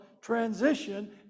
transition